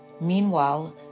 Meanwhile